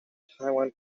taiwan